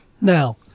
now